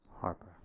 Harper